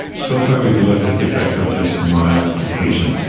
so far we've looked at the effects of just mild depletion,